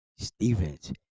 Stevens